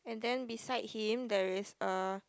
and then beside him there is a